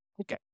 Okay